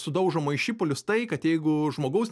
sudaužoma į šipulius tai kad jeigu žmogaus